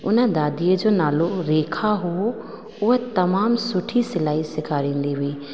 उन दादीअ जो नालो रेखा हुओ उहा तमामु सुठी सिलाई सेखारींदी हुई